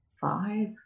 five